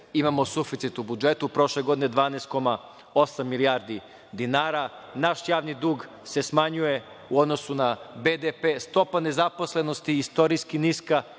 imamo suficit u budžetu, prošle godine 12,8 milijardi dinara, naš javni dug se smanjuje, u odnosu na BDP, stopa nezaposlenosti istorijski niska